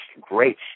great